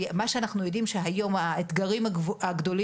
מה שאנחנו יודעים הוא שהיום האתגרים הגדולים